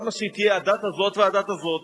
למה היא תהיה הדת הזאת והדת הזאת?